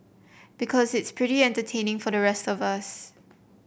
because it's pretty entertaining for the rest of us